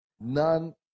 none